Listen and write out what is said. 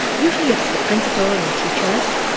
usually, it's the principal and teachers.